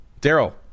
Daryl